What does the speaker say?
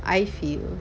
I feel